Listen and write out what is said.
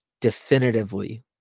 definitively